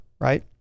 right